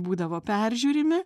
būdavo peržiūrimi